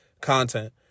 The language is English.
content